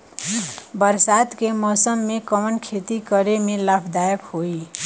बरसात के मौसम में कवन खेती करे में लाभदायक होयी?